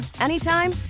anytime